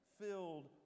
filled